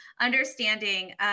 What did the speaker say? understanding